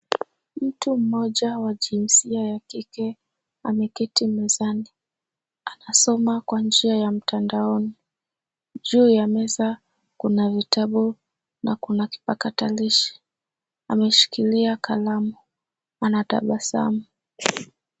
Mtu mmoja wa jinsia ya kike ameketi mezani asoma kwa njia ya mtandaoni. Juu ya meza kuna vitabu na kuna kipakatalishi ameshikilia kalamu, anatabasamu.